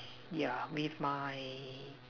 yeah with my